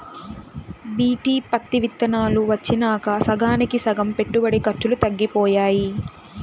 BT పత్తి విత్తనాలు వచ్చినాక సగానికి సగం పెట్టుబడి ఖర్చులు తగ్గిపోయాయి